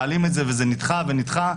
וזה נדחה ונדחה,